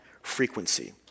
frequency